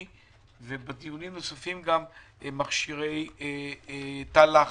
ובדיונים אחרים עלו גם מכשירי תא לחץ.